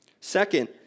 Second